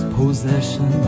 possession